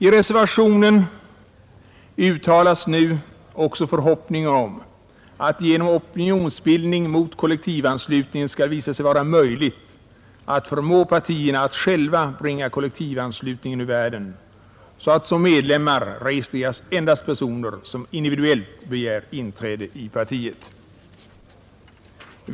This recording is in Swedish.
I reservationen uttalas nu också förhoppningen att det genom opinionsbildning mot kollektivanslutningen skall visa sig vara möjligt att förmå partierna att själva bringa kollektivanslutningen ur världen, så att som medlemmar registreras endast personer som individuellt begär inträde i partiet.